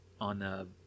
on